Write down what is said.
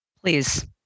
Please